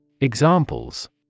Examples